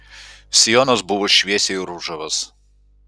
sijonas buvo šviesiai ružavas